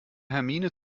hermine